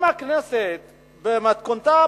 אם הכנסת במתכונתה,